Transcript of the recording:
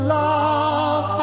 love